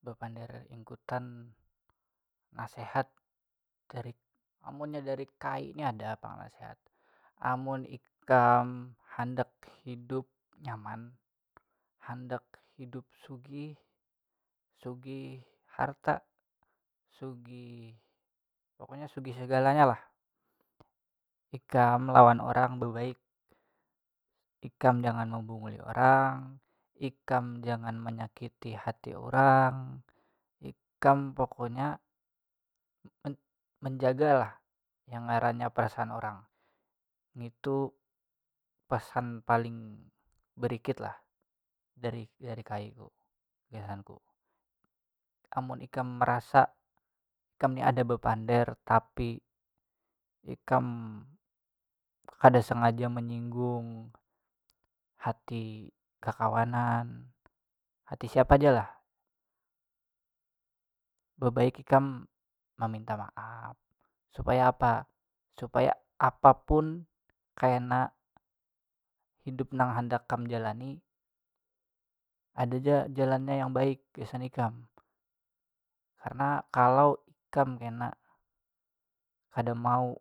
Bepanderan ingkutan nasihat dari amunnya dari kai ni ada pang nasihat amun ikam handak hidup nyaman handak hidup sugih sugih harta sugih pokoknya sugih sagalanya lah ikam lawan orang bebaik, ikam jangan membunguli orang, ikam jangan menyakiti hati orang, ikam pokoknya men- menjaga lah yang ngarannya perasaan orang, ngitu pasan paling barikit lah dari dari kaiku gasanku, amun ikam marasa ikam ni ada bepander tapi ikam kada sangaja menyinggung hati kakawanan hati siapa ja lah bebaik ikam maminta maap supaya apa supaya apapun kena hidup nang handak kam jalani ada ja jalannya yang baik gasan ikam, karena kalau ikam kena kada mau